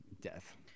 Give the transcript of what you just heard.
death